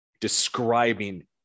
describing